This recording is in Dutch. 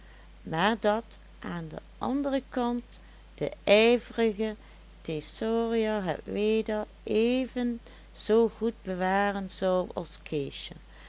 maar dat aan den anderen kant de ijverige thesaurier het weder even zoo goed bewaren zou als